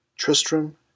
Tristram